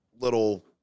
little